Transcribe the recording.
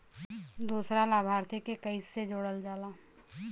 दूसरा लाभार्थी के कैसे जोड़ल जाला?